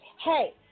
Hey